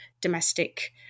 domestic